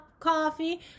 coffee